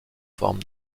forme